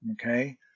okay